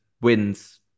wins